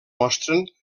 mostren